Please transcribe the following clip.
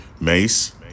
Mace